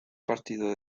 partido